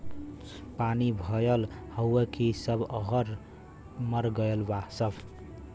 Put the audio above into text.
पानी भईल हउव कि सब अरहर मर गईलन सब